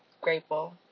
grateful